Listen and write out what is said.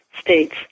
states